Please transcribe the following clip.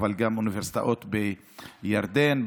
אבל גם אוניברסיטאות בירדן,